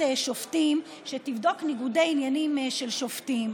שופטים שתבדוק ניגודי עניינים של שופטים.